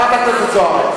חברת הכנסת זוארץ.